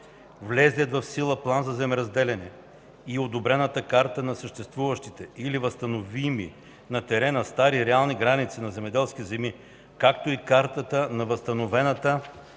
Влезлият в сила план за земеразделяне и одобрената карта на съществуващите или възстановими на терена стари реални граници на земеделски земи, както и картата на възстановената